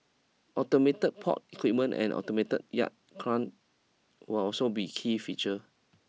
automated port equipment and automated yard will also be key feature